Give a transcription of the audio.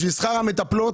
בשביל שכר המטפלות.